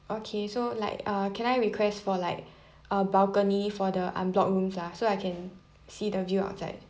okay so like uh can I request for like a balcony for the unblock rooms ah so I can see the view outside